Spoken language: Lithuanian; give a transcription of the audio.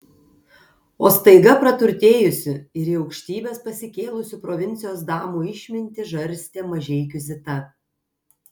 o staiga praturtėjusių ir į aukštybes pasikėlusių provincijos damų išmintį žarstė mažeikių zita